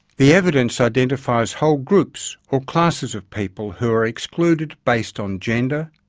the evidence identifies whole groups or classes of people who are excluded based on gender,